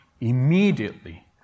immediately